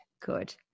Good